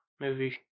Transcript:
movie